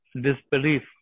disbelief